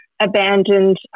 abandoned